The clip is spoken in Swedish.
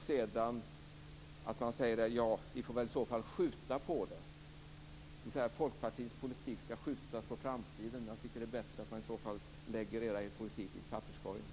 Sedan säger ni att ni får väl i så fall skjuta på det, dvs. att Folkpartiets politik skall skjutas på framtiden. Jag tycker i så fall att det är bättre att ni lägger hela er politik i papperskorgen.